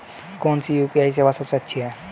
कौन सी यू.पी.आई सेवा सबसे अच्छी है?